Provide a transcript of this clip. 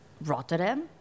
Rotterdam